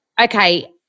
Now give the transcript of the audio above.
Okay